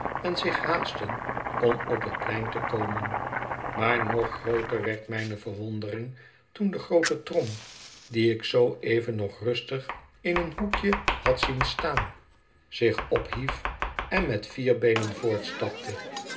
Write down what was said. en zich haastten om op het plein te komen maar nog grooter werd mijne verwondering toen de groote trom die ik zoo even nog rustig in een hoekje had zien staan zich ophief en met vier beenen